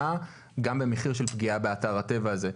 גם במחיר של פגיעה באתר הטבע הזה.